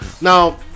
now